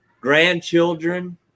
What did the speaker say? grandchildren